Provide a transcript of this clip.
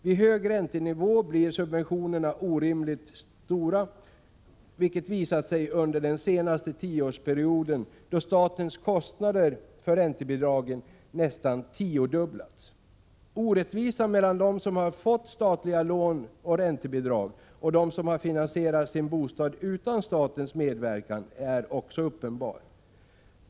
Vid hög räntenivå blir subventionerna orimligt stora, vilket visat sig under den senaste tioårsperioden då statens kostnader för räntebidragen nästan tiodubblats. Orättvisan mellan dem som har fått statliga lån och räntebidrag och dem som har finansierat sin bostad utan statens medverkan är uppenbar.